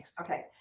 Okay